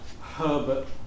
Herbert